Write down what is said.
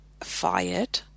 fired